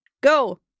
go